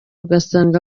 ugasanga